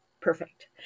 perfect